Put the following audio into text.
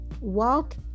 Walk